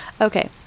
Okay